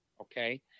Okay